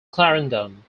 clarendon